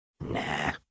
Nah